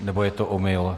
Nebo je to omyl?